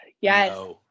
Yes